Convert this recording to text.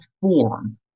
form